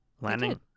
Landing